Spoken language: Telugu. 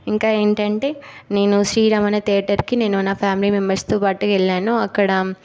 ఇంకా ఏంటంటే నేను శ్రీ రమణ థియేటర్కి నేను నా ఫ్యామిలీ మెంబర్స్తో పాటు వెళ్ళాను అక్కడ